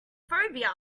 phobia